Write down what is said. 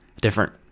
different